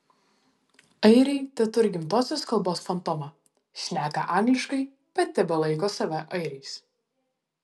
airiai teturi gimtosios kalbos fantomą šneka angliškai bet tebelaiko save airiais